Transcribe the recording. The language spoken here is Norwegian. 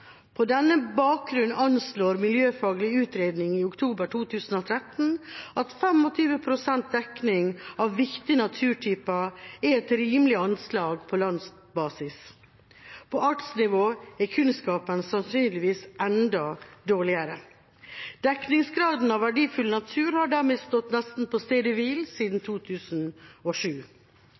På denne bakgrunn anslo Miljøfaglig Utredning i oktober 2013 at 25 pst. dekning av viktige naturtyper er et rimelig anslag på landsbasis. På artsnivå er kunnskapen sannsynligvis enda dårligere. Dekningsgraden av verdifull natur har dermed stått nesten på stedet hvil siden